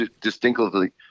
distinctively